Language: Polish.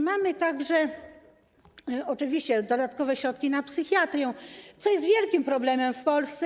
Mamy także oczywiście dodatkowe środki na psychiatrię, która jest wielkim problemem w Polsce.